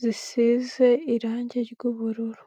zisize irange ry'ubururu.